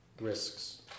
risks